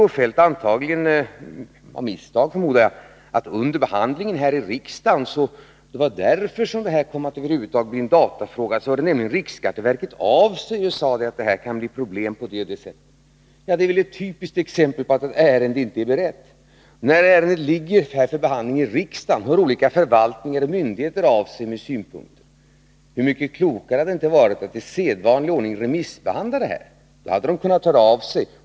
Nu säger Kjell-Olof Feldt — av misstag, förmodar jag — att det var på grund av att riksskatteverket under behandlingen här i riksdagen hörde av sig och sade att det kunde uppstå problem som detta kom att bli en datafråga. Det är ett typiskt exempel Nr 61 på att ett ärende inte är berett. När ärendet ligger i riksdagen för behandling Måndagen den hör olika förvaltningar och myndigheter av sig med synpunkter. Hur mycket 17 januari 1983 klokare hade det inte varit att i sedvanlig ordning remissbehandla ärendet! Då hade de kunnat höra av sig.